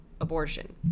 abortion